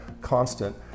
constant